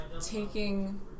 taking